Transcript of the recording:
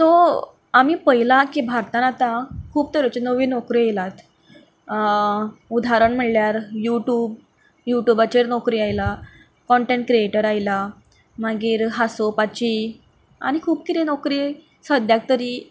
so आमी पळयला की भारतांत आतां खूब तरेच्यो नव्यो नोकऱ्यो येयलात उदारण म्हणल्यार यू ट्यूब यूट्यूबाचेर नोकरी आयल्या कॉनटेंट क्रियेटर आयलां मागीर हांसोवपाची आनी खूब किदें नोकरी सद्याक तरी